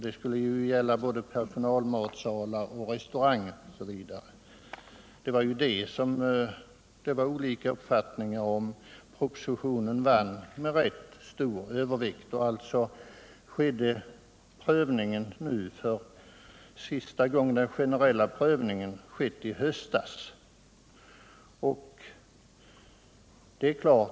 Det skulle gälla inte bara för personalmatsalar utan också för restauranger osv. Det var på den punkten som det fanns olika uppfattningar. Propositionens förslag vann med rätt. stor övervikt, och därmed ägde den generella prövningen rum för sista gången i höstas.